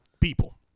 People